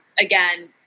again